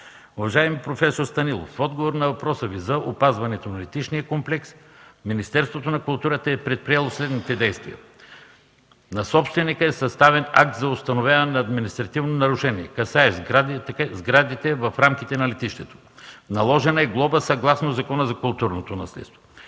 Уважаеми професор Станилов, в отговор на въпроса Ви за опазването на летищния комплекс, Министерството на културата е предприело следните действия: На собственика е съставен акт за установяване на административно нарушение, касаещ сградите в рамките на летището. Наложена е глоба, съгласно Закона за културното наследство.